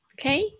Okay